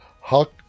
Huck